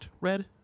Red